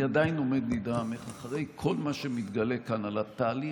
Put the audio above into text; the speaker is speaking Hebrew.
אני עדיין עומד נדהם איך אחרי כל מה שמתגלה כאן על התהליך,